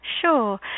Sure